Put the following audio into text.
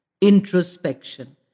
Introspection